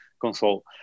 console